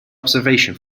observation